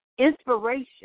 inspiration